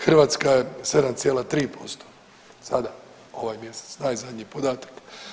Hrvatska 7,3% sada ovaj mjesec najzadnji podatak.